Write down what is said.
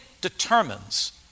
determines